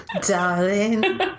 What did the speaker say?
darling